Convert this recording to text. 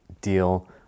deal